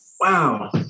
wow